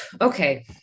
okay